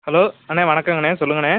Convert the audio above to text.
hello அண்ணே வணக்கங்கண்ணே சொல்லுங்கண்ணே